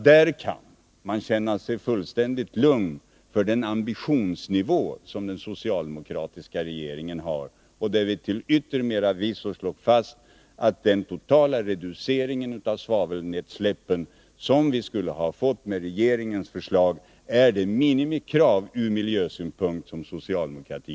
Men man kan känna sig fullständigt lugn då det gäller den ambitionsnivå som den socialdemokratiska regeringen har, och vi slår till yttermera visso fast att den totala reducering av svavelutsläppen som vi skulle ha fått enligt den borgerliga regeringens förslag är ett minimikrav från miljösynpunkt.